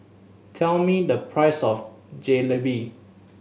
tell me the price of Jalebi